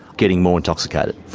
getting more intoxicated.